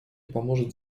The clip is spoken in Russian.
поможет